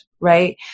right